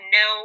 no